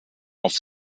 auf